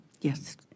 yes